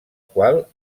qual